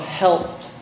helped